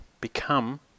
become